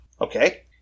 Okay